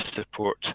support